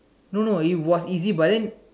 no no it was easy but then